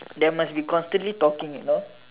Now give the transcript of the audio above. there must be constantly talking you know